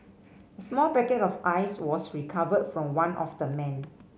a small packet of Ice was recovered from one of the men